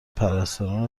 پرستاران